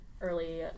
early